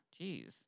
Jeez